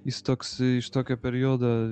jis toks iš tokio periodo